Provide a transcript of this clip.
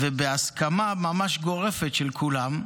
ובהסכמה ממש גורפת של כולם,